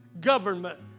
government